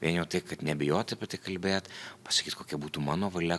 vien jau tai kad nebijot apie tai kalbėt pasakyt kokia būtų mano valia